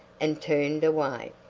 and turned away.